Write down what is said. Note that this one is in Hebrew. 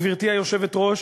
גברתי היושבת-ראש,